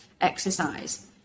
exercise